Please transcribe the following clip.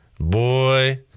boy